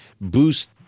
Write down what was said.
boost